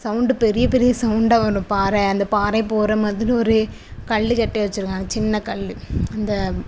sound பெரிய பெரிய சவுண்டாக வரும் பாறை அந்த பாறை போகிற மாதிரி ஒரு கல் கட்டி வச்சிருப்பாங்க சின்னக்கல் அந்த